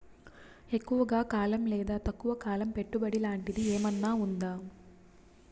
ఎక్కువగా కాలం లేదా తక్కువ కాలం పెట్టుబడి లాంటిది ఏమన్నా ఉందా